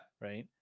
Right